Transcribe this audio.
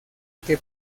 que